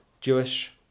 Jewish